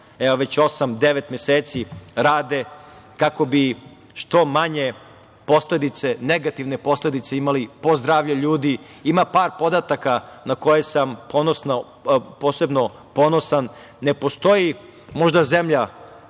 meseci, rade kako bi što manje negativne posledice imali po zdravlje ljudi. Ima par podataka na koje sam posebno ponosan. Ne postoji možda zemlja,